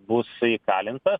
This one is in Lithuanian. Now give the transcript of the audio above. bus įkalintas